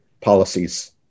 policies